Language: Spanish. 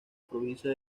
provincia